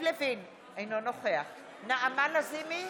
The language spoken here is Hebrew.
אני אשמח לספר לך,